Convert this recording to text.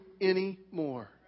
anymore